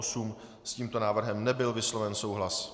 S tímto návrhem nebyl vysloven souhlas.